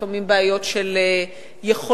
לפעמים בעיות של יכולות,